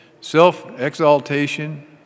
self-exaltation